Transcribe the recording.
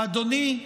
אדוני,